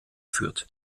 führt